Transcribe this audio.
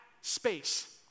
space